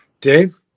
Dave